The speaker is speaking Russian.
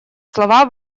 слова